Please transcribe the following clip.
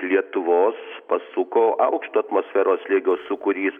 lietuvos pasuko aukšto atmosferos slėgio sūkurys